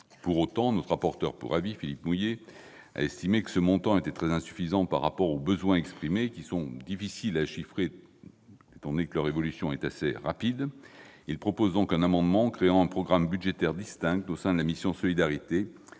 Pour autant, notre rapporteur pour avis, M. Philippe Mouiller, a estimé que ce montant était très insuffisant par rapport aux besoins exprimés, qui sont difficiles à chiffrer, étant donné que leur évolution est assez rapide. Par conséquent, il nous proposera d'adopter un amendement visant à créer un programme budgétaire distinct au sein de la mission,